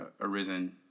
arisen